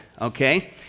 okay